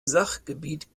sachgebiet